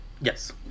Yes